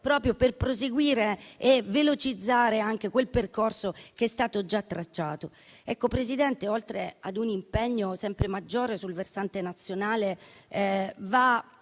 Governo per proseguire e velocizzare il percorso che è stato già tracciato. Signor Presidente, oltre a un impegno sempre maggiore sul versante nazionale,